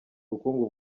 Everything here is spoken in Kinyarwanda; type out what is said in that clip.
ubukungu